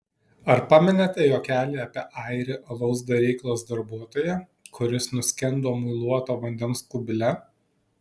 ar pamenate juokelį apie airį alaus daryklos darbuotoją kuris nuskendo muiluoto vandens kubile